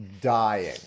dying